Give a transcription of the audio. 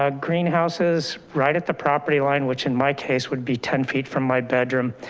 ah greenhouses right at the property line, which in my case would be ten feet from my bedroom.